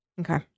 Okay